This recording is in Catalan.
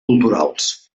culturals